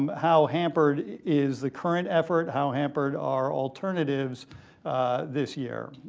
how hampered is the current effort, how hampered are alternatives this year?